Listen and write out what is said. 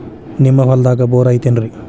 ನಿಮ್ಮ ಹೊಲ್ದಾಗ ಬೋರ್ ಐತೇನ್ರಿ?